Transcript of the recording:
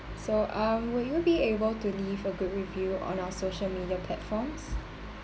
so um will you be able to leave a good review on our social media platforms